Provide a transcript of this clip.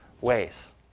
ways